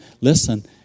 listen